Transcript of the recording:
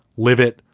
live it.